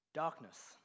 Darkness